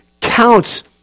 counts